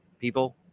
people